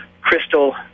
crystal